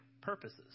purposes